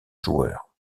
joueur